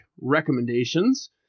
recommendations